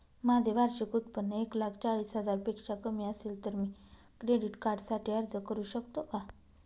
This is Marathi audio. माझे वार्षिक उत्त्पन्न एक लाख चाळीस हजार पेक्षा कमी असेल तर मी क्रेडिट कार्डसाठी अर्ज करु शकतो का?